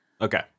Okay